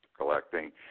collecting